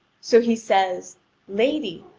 so he says lady,